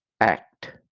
act